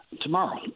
tomorrow